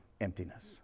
emptiness